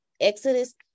Exodus